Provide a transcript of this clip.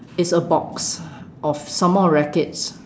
it's a box of some more rackets